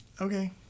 Okay